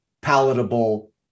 palatable